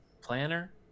Planner